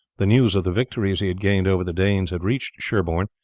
the news of the victories he had gained over the danes had reached sherborne,